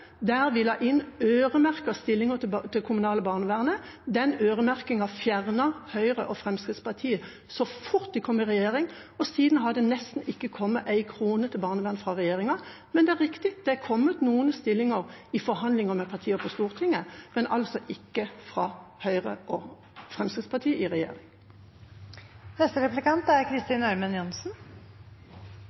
der vi la inn øremerkede stillinger til det kommunale barnevernet. Den øremerkingen fjernet Høyre og Fremskrittspartiet så fort de kom i regjering. Siden har det nesten ikke kommet en krone til barnevernet fra regjeringa. Det er riktig at det har kommet noen stillinger i forhandlinger med partier på Stortinget, men altså ikke fra Høyre og Fremskrittspartiet i